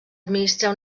administrar